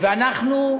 ואנחנו,